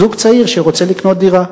זוג צעיר שרוצה לקנות דירה.